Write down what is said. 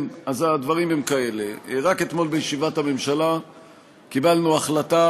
אז הדברים הם כאלה: רק אתמול בישיבת הממשלה קיבלנו החלטה